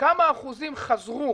כמה אחוזים חזרו